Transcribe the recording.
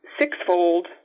sixfold